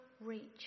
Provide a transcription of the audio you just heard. reach